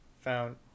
found